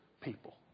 people